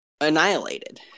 annihilated